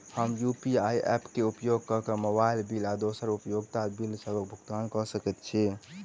हम UPI app क उपयोग करके मोबाइल बिल आ दोसर उपयोगिता बिलसबक भुगतान कर सकइत छि